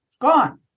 gone